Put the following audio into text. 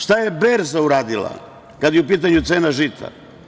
Šta je berza uradila kada je u pitanju cena žita?